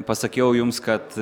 pasakiau jums kad